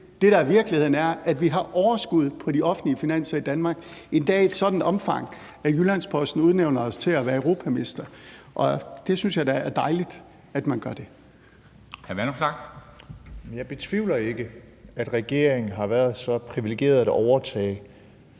Det, der er virkeligheden, er, at vi har overskud på de offentlige finanser i Danmark, endda i et sådant omfang, at Jyllands-Posten udnævner os til at være europamestre, og jeg synes da, det er dejligt, at man gør det. Kl. 13:08 Formanden (Henrik Dam Kristensen): Hr.